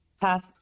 pass